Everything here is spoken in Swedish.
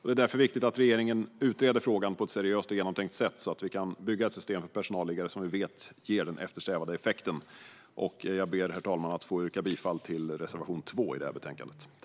Det är därför viktigt att regeringen utreder frågan på ett seriöst och genomtänkt sätt så att vi kan bygga ett system för personalliggare som vi vet ger den eftersträvade effekten. Jag yrkar bifall till reservation 2 i betänkandet.